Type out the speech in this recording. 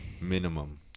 Minimum